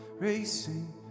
racing